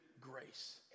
Grace